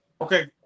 Okay